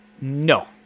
no